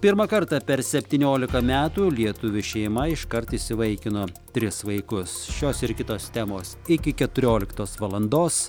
pirmą kartą per septyniolika metų lietuvių šeima iškart įsivaikino tris vaikus šios ir kitos temos iki keturioliktos valandos